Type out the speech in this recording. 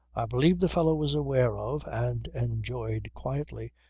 believe the fellow was aware of, and enjoyed quietly,